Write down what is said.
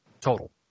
total